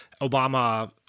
Obama